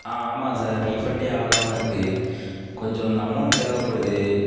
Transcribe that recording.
ஆ ஆமாம் சார் ரீஃபண்டே ஆகாமல் இருக்கு கொஞ்சம் இந்த அமௌண்ட் தேவைப்படுது